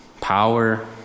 power